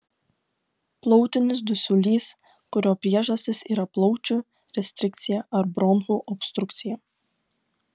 plautinis dusulys kurio priežastys yra plaučių restrikcija ar bronchų obstrukcija